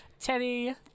Teddy